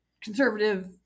conservative